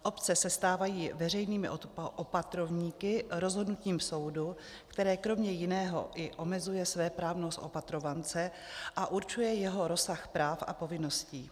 Obce se stávají veřejnými opatrovníky rozhodnutím soudu, které kromě jiného i omezuje svéprávnost opatrovance a určuje jeho rozsah práv a povinností.